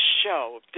show